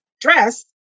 dress